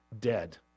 dead